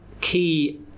key